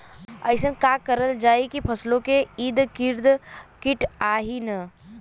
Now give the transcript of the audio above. अइसन का करल जाकि फसलों के ईद गिर्द कीट आएं ही न?